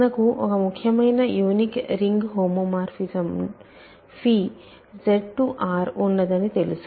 మనకు ఒక ముఖ్యమైన unique ring homomorphism Z R కు ఉన్నదని తెలుసు